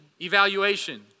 evaluation